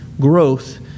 growth